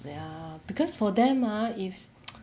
ya because for them ah if